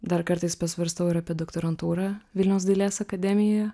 dar kartais pasvarstau ir apie doktorantūrą vilniaus dailės akademijoje